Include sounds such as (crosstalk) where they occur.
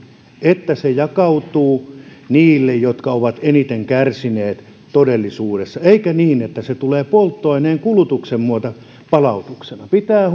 että se jakautuu niille jotka ovat eniten kärsineet todellisuudessa eikä niin että se tulee polttoaineen kulutuksen myötä palautuksena pitää (unintelligible)